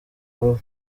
vuba